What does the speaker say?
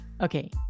Okay